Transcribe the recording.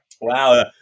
Wow